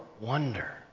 wonder